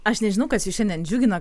aš nežinau kas jus šiandien džiugina